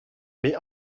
mais